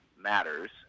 matters